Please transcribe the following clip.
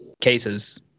cases